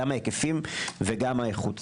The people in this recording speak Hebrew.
וגם האיכות.